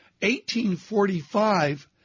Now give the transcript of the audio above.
1845